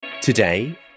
today